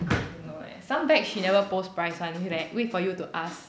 don't know eh some bag she never post price one she like wait for you to ask